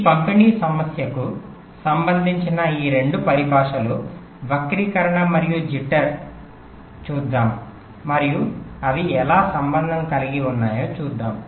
ఈ పంపిణీ సమస్యకు సంబంధించిన ఈ రెండు పరిభాషలు వక్రీకరణ మరియు జిట్టర్skew jitter చూద్దాం మరియు అవి ఎలా సంబంధం కలిగి ఉన్నాయో చూద్దాం